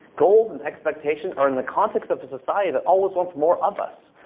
goals and expectations are in the context of a society that always wants more of us.